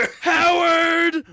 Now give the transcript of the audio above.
Howard